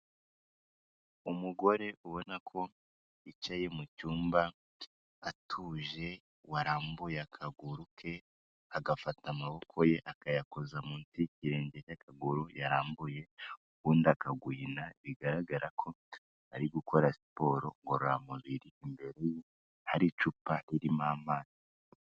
Umugore ubona ko yicaye mu cyumba atuje, warambuye akaguru ke agafata amaboko ye akayakoza munsi y'ikirenge cy'akaguru yarambuye ukundi akaguhina, bigaragara ko ari gukora siporo ngororamubiri, imbere ye hari icupa ririmo amazi.